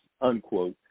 unquote